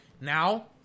now